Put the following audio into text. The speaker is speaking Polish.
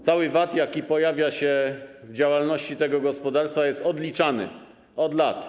Cały VAT, jaki pojawia się w przypadku działalności tego gospodarstwa, jest odliczany od lat.